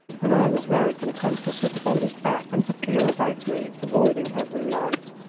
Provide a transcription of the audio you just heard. and i was very content to sit upon his back and to peer about me, avoiding every light.